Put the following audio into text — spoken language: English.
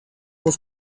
was